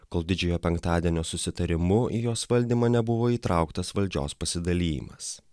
kol didžiojo penktadienio susitarimu į jos valdymą nebuvo įtrauktas valdžios pasidalijimas